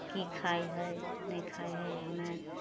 की खाइ हइ नहि खाइ हइ हमे